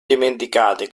dimenticate